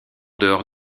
dehors